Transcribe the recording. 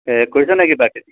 কৰিছেনে কিবা খেতি